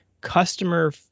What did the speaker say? customer